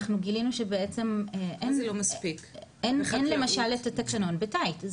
אנחנו גילינו שבעצם אין למשל את התקנון בתאית,